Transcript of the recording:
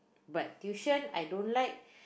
but tuition I don't like